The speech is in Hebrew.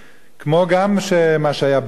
כמו גם מה שהיה בלוב,